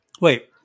Wait